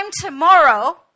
tomorrow